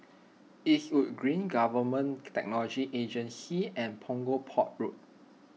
Eastwood Green Government Technology Agency and Punggol Port Road